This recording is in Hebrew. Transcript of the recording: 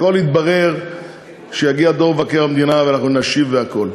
הכול יתברר כשיגיע דוח מבקר המדינה ואנחנו נשיב על הכול,